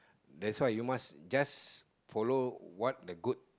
that's why you must just follow what the good